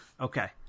Okay